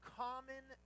common